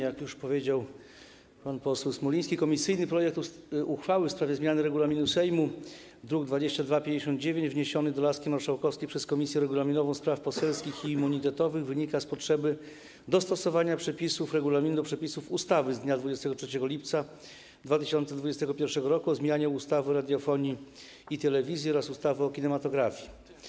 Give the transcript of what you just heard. Jak już powiedział pan poseł Smoliński, komisyjny projekt uchwały w sprawie zmiany regulaminu Sejmu, druk nr 2259, wniesiony do laski marszałkowskiej przez Komisję Regulaminową, Spraw Poselskich i Immunitetowych, wynika z potrzeby dostosowania przepisów regulaminu do przepisów ustawy z dnia 23 lipca 2021 r. o zmianie ustawy o radiofonii i telewizji oraz ustawy o kinematografii.